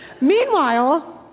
Meanwhile